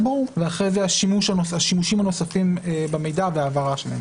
ואחרי זה השימושים הנוספים במידע וההעברה שלהם.